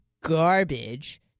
garbage